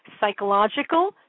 psychological